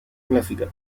clásica